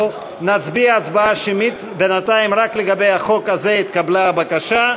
בחיים לא הפסקתי,